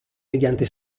mediante